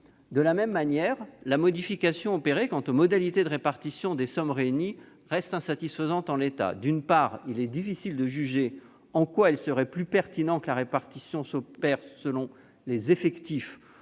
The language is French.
De la même manière, la modification opérée quant aux modalités de répartition des sommes réunies reste insatisfaisante en l'état. D'une part, il est difficile de juger en quoi il serait plus pertinent que la répartition s'opère selon les effectifs